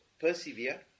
persevere